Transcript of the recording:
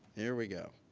here we go.